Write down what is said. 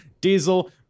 Diesel